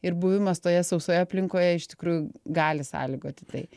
ir buvimas toje sausoje aplinkoje iš tikrųjų gali sąlygoti tai